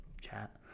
chat